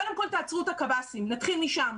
קודם כול תעצרו את הקב"סים, נתחיל משם.